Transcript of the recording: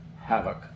havoc